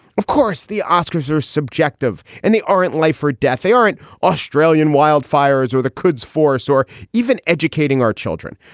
of course, the oscars are subjective and they aren't life or death. they aren't australian wildfires or the quds force or even educating our children.